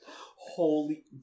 Holy